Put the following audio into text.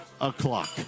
o'clock